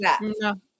no